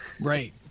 Right